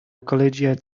collegiate